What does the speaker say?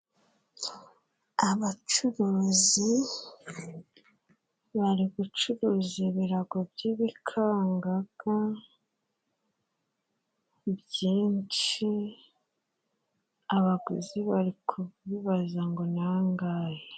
Abacuruzi bari gucuruza ibirago by'ibikangaga byinshi, abaguzi bari kubibaza ngo nangahe?